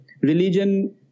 religion